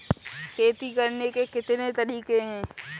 खेती करने के कितने तरीके हैं?